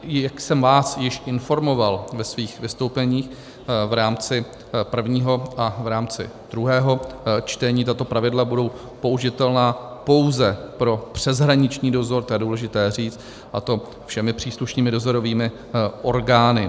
Jak jsem vás již informoval ve svých vystoupeních v rámci prvního a v rámci druhého čtení, tato pravidla budou použitelná pouze pro přeshraniční dozor, to je důležité říct, a to všemi příslušnými dozorovými orgány.